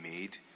made